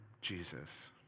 Jesus